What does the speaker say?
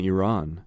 Iran